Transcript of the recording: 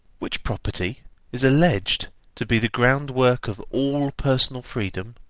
which property is alleged to be the groundwork of all personal freedom,